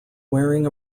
wearing